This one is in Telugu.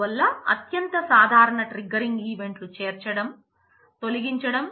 అందువల్ల అత్యంత సాధారణ ట్రిగ్గరింగ్ ఈవెంట్ లు చేర్చడం చేయడం